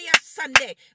Sunday